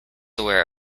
aware